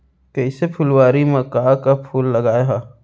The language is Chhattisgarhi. कइसे फुलवारी म का का फूल लगाय हा?